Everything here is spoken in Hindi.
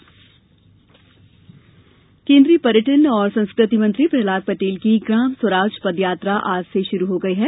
प्रहलाद पटेल केन्द्रीय पर्यटन और संस्कृति मंत्री प्रह्लाद पटेल की ग्राम स्वराज पदयात्रा आज से शुरू हो गई है